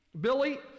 Billy